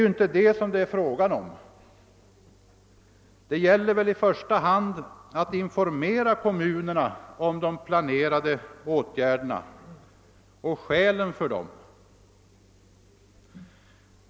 Det gäller i första hand att informera kommunerna om de planerade åtgärderna och skälen för dem.